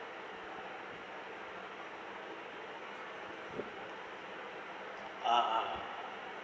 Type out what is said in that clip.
ah